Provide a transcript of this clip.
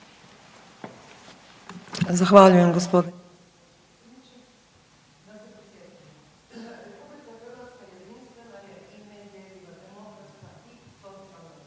Zahvaljujem gospodine